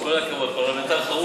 כל כבוד, הוא פרלמנטר חרוץ.